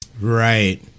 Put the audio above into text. Right